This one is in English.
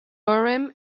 urim